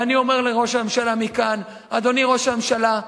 ואני אומר לראש הממשלה מכאן: אדוני ראש הממשלה,